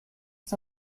was